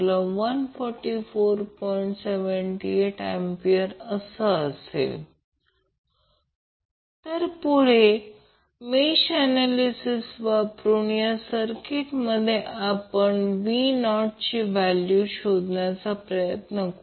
78°A तर पुढे mesh analysis वापरून या सर्किटमध्ये आपण V0ची व्हॅल्यू शोधण्याचा प्रयत्न करूया